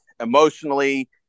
emotionally